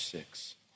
Six